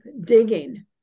digging